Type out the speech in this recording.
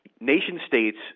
Nation-states